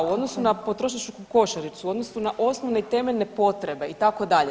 U odnosu na potrošačku košaricu, odnosno na osnovne i temeljne potrebe, itd.